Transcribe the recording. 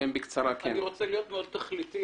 אני רוצה להיות מאוד תכליתי.